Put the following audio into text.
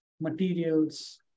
materials